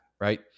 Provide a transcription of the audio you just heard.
right